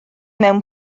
mewn